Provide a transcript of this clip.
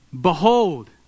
Behold